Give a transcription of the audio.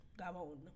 Gabon